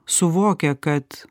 suvokia kad